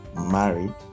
married